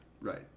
Right